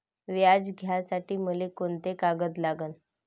व्याज घ्यासाठी मले कोंते कागद लागन?